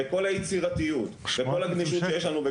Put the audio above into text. כל היצירתיות שיש לנו,